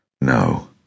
No